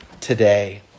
today